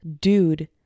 dude